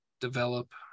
develop